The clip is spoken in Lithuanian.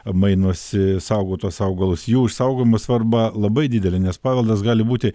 mainosi saugotus augalus jų išsaugojimo svarba labai didelė nes paveldas gali būti